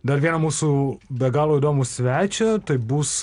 dar vieną mūsų be galo įdomų svečią tai bus